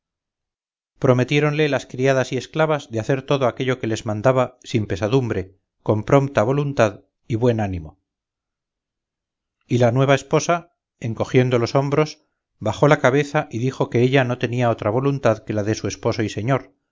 verlas prometiéronle las criadas y esclavas de hacer todo aquello que les mandaba sin pesadumbre con prompta voluntad y buen ánimo y la nueva esposa encogiendo los hombros bajó la cabeza y dijo que ella no tenía otra voluntad que la de su esposo y señor